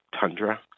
tundra